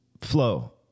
flow